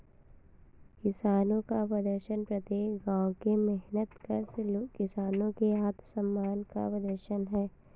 किसानों का प्रदर्शन प्रत्येक गांव के मेहनतकश किसानों के आत्मसम्मान का प्रदर्शन है